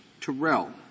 Terrell